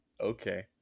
Okay